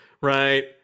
right